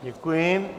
Děkuji.